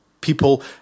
People